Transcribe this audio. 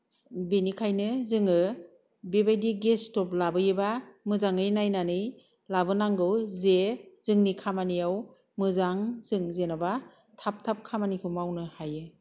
बिनिखायनो जोङो बेबायदि गेस स्टप लाबोयोबा मोजाङै नायनानै लाबोनांगौ जे जोंनि खामानियाव मोजां जों जेन'बा थाब थाब खामानिखौ मावनो हायो